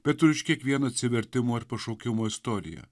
bet ir už kiekvieną atsivertimo ir pašaukimo istoriją